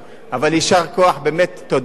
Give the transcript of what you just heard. יישר כוח, באמת תודה רבה